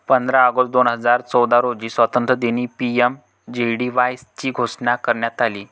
पंधरा ऑगस्ट दोन हजार चौदा रोजी स्वातंत्र्यदिनी पी.एम.जे.डी.वाय ची घोषणा करण्यात आली